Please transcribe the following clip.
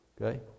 Okay